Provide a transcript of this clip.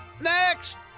Next